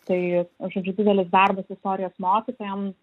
tai žodžiu didelis darbas istorijos mokytojam